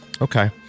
Okay